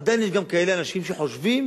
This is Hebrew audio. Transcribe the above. עדיין יש גם כאלה אנשים שחושבים